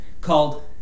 called